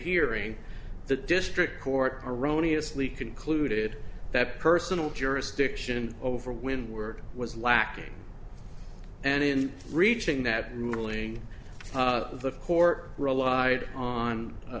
hearing the district court erroneous lee concluded that personal jurisdiction over when work was lacking and in reaching that ruling the court relied on